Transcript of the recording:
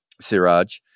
Siraj